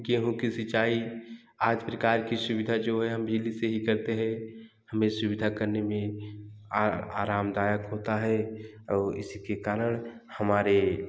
गेहूँ की सिंचाई हर प्रकार की सुविधा जो है हम बिजली से ही करते है हमें सुविधा करने में आरामदायक होता है और इसी के कारण हमारे